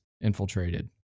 infiltrated